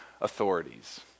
authorities